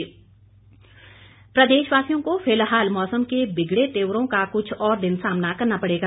मौसम प्रदेशवासियों को फिलहाल मौसम के बिगड़े तेवरों का क्छ और दिन सामना करना पड़ेगा